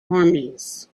armies